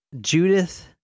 Judith